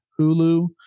Hulu